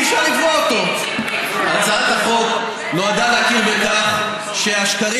הצעת החוק נועדה להכיר בכך שהמשקרים